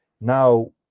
now